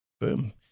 Boom